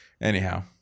anyhow